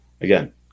again